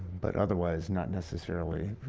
but otherwise not necessarily.